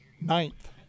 Ninth